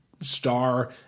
star